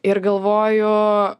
ir galvoju